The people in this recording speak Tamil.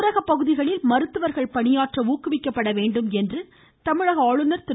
ஊரக பகுதிகளில் மருத்துவர்கள் பணியாற்ற ஊக்குவிக்கப்பட வேண்டும் என்று தமிழக ஆளுநர் திரு